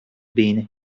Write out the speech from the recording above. been